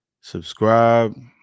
subscribe